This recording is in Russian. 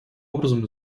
образом